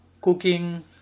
cooking